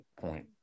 point